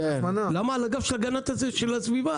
למה על הגב של הגנת הסביבה?